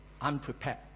unprepared